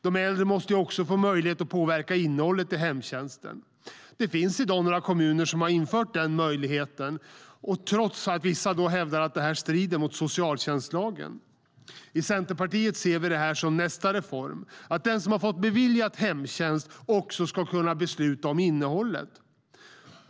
De äldre måste också få påverka innehållet i hemtjänsten. Några kommuner har i dag infört den möjligheten, trots att vissa hävdar att det strider mot socialtjänstlagen. I Centerpartiet ser vi det som nästa reform att den som fått beviljat hemtjänst också ska kunna besluta om innehållet.